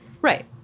Right